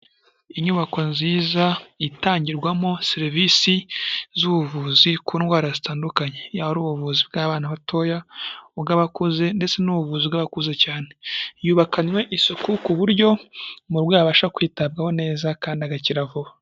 Inyubako nziza itangirwamo serivise z'ubuvuzi ku ndwara zitandukanye ari ubuvuzi bw'abana batoya, ubw'abakuze ndetse n'ubuvuzi bw'abakuze cyane, y'ubakanwe isuku ku buryo umurwayi abasha kwitabwaho neza kandi agakira.